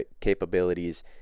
capabilities